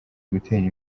gutera